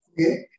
Okay